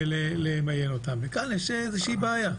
ולמיין אותם וכאן ישנה איזושהי בעיה.